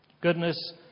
Goodness